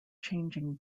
changing